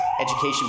education